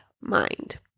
mind